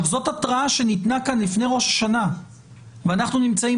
זאת התרעה שניתנה כאן לפני ראש השנה ואנחנו נמצאים